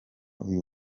uyu